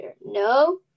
No